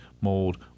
mold